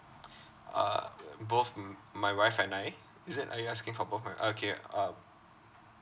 uh um both m~ my wife and I is it are you asking for both my okay um